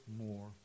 more